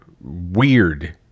weird